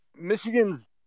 Michigan's